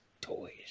toys